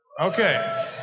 Okay